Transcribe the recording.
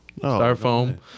styrofoam